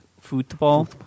Football